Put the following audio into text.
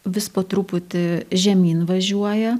vis po truputį žemyn važiuoja